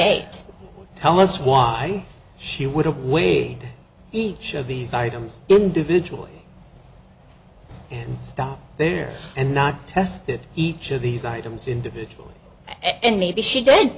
aides tell us why she would have weighed each other these items individually and stop there and not tested each of these items individually and maybe she did